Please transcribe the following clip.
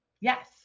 Yes